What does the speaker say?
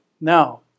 Now